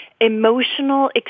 emotional